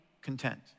content